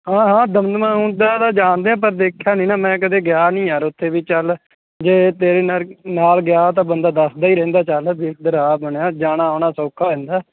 ਹਾਂ ਹਾਂ ਦਮਦਮਾ ਉੱਦਾ ਤਾਂ ਜਾਣਦੇ ਹਾਂ ਪਰ ਦੇਖਿਆ ਨਹੀਂ ਨਾ ਮੈਂ ਕਦੇ ਗਿਆ ਨਹੀਂ ਯਾਰ ਉੱਥੇ ਵੀ ਚੱਲ ਜੇ ਤੇਰੇ ਨਾਲ ਨਾਲ ਗਿਆ ਤਾਂ ਬੰਦਾ ਦੱਸਦਾ ਹੀ ਰਹਿੰਦਾ ਚੱਲ ਵੀ ਇੱਧਰ ਆਹ ਬਣਿਆ ਜਾਣਾ ਆਉਣਾ ਸੌਖਾ ਹੋ ਜਾਂਦਾ